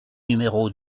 numéro